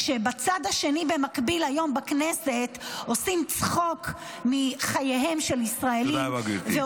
כשבצד השני במקביל היום בכנסת עושים צחוק מחייהם של ישראליים.